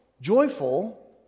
joyful